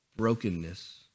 Brokenness